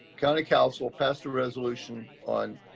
county council passed a resolution on